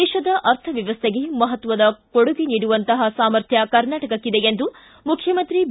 ದೇಶದ ಅರ್ಥವ್ಯವಸ್ಥೆಗೆ ಮಹತ್ವದ ಕೊಡುಗೆ ನೀಡುವಂತಹ ಸಾಮರ್ಥ್ಯ ಕರ್ನಾಟಕಕ್ಕಿದೆ ಎಂದು ಮುಖ್ಯಮಂತ್ರಿ ಬಿ